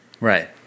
Right